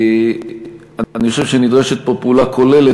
אני חושב שנדרשת פה פעולה כוללת,